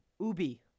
ubi